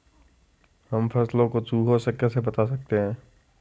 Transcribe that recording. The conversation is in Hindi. हम फसलों को चूहों से कैसे बचा सकते हैं?